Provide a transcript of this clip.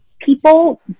people